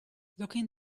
looking